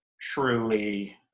truly